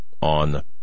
on